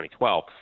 2012